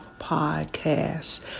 podcast